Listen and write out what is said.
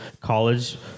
college